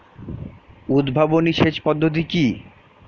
উদ্ভাবনী সেচ পদ্ধতি কি?